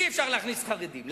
אי-אפשר להכניס חרדים.